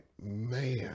man